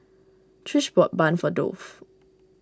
Trish bought bun for Dolph